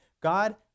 God